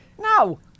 No